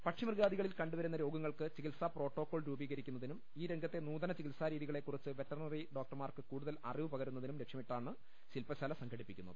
പക്ഷിമൃഗാദികളിൽ കണ്ടുവരുന്ന രോഗങ്ങൾക്ക് ചികിത്സാ പ്രോട്ടോകോൾ രൂപികരിക്കുന്നതിനും ഈ രംഗത്തെ നൂതന ചികി ത്സാരീതികളെ കുറിച്ച് വെറ്ററിനറി ഡോക്ടർമാർക്ക് കൂടുതൽ അറി വുപകരുന്നതിനും ലക്ഷ്യമിട്ടാണ് ശില്പശാല സംഘടിപ്പിക്കുന്നത്